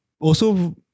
Also-